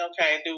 Okay